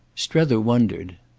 strether wondered.